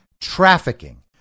trafficking